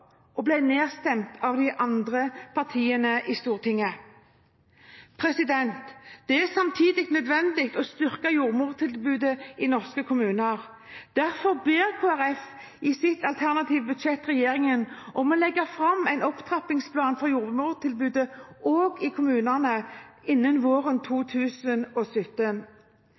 og vi ble nedstemt av de andre partiene i Stortinget. Det er samtidig nødvendig å styrke jordmortilbudet i norske kommuner. Derfor ber Kristelig Folkeparti, i sitt alternative budsjett, regjeringen om å legge fram en opptrappingsplan for jordmortilbudet også i kommunene innen våren 2017.